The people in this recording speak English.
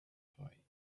boy